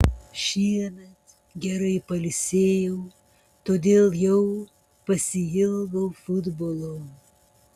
šiemet gerai pailsėjau todėl jau pasiilgau futbolo